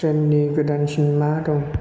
ट्रेइननि गोदानसिन मा दं